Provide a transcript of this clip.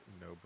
no